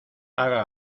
haga